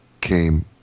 came